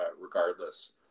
regardless